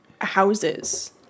houses